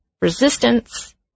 resistance